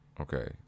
Okay